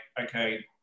okay